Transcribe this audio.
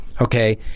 okay